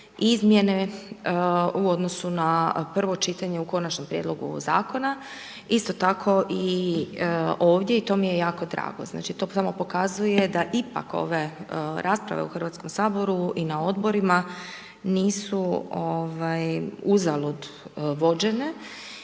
izmjene u odnosu na prvo čitanje u konačni prijedlog ovog zakona. Isto tako i ovdje i to mi je jako drago. To mi samo pokazuje da ipak ove rasprave u Hrvatskom saboru, i na odborima, nisu uzalud vođenje